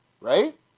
Right